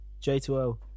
J2O